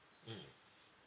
mmhmm